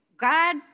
God